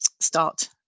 start